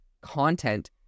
content